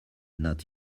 not